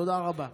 תודה רבה.